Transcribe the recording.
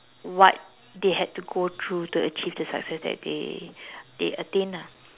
what they had to go through to achieve the success that they they attained ah